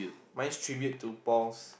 mine's tribute to Paul